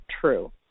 true